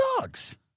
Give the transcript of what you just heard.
dogs